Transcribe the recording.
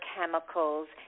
chemicals